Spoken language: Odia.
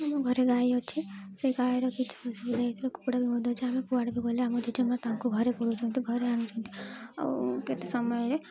ଆମ ଘରେ ଗାଈ ଅଛି ସେ ଗାଈର କିଛି ଅସୁବିଧା ହେଇଥିଲେ କୁକୁଡ଼ା ବି ମଧ୍ୟ ଅଛି ଆମେ କୁଆଡ଼େ ବି ଗଲେ ଆମ ଜେଜେମା ତାଙ୍କୁ ଘରେ ପୁରୋଉଛନ୍ତି ଘରେ ଆଣୁଛନ୍ତି ଆଉ କେତେ ସମୟରେ